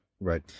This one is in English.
Right